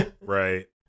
right